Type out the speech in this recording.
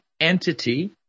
entity